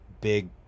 big